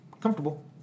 comfortable